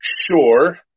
sure